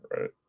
right